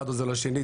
אחד עוזר לשני,